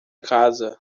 casa